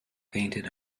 painted